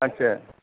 আচ্ছা